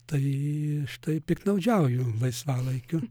tai aš taip piktnaudžiauju laisvalaikiu